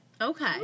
Okay